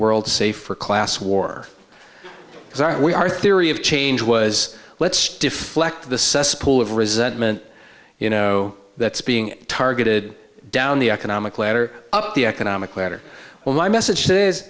world safe for class war because aren't we our theory of change was let's deflect the cesspool of resentment you know that's being targeted down the economic ladder up the economic ladder well my message